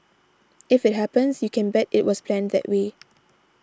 if it happens you can bet it was planned that way